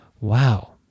Wow